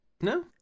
no